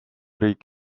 riik